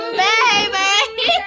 baby